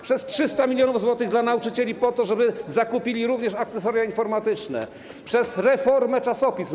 przez 300 mln zł dla nauczycieli, po to żeby zakupili również akcesoria informatyczne, przez reformę czasopism.